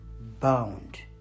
bound